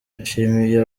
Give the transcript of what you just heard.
yashimiye